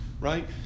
right